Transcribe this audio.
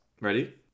Ready